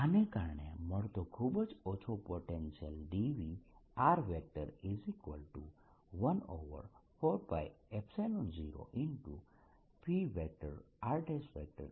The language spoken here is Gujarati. આને કારણે મળતો ખૂબ જ ઓછો પોટેન્શિયલ dV140p r dv